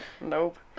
Nope